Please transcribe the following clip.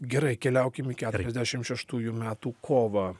gerai keliaukim į keturiasdešimt šeštųjų metų kovą